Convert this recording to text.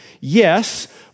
Yes